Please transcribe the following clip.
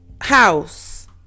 house